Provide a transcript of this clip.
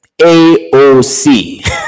AOC